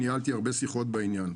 ניהלתי הרבה שיחות בעניין.